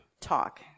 talk